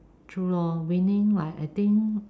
true lor winning I think